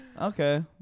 Okay